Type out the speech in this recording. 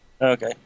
Okay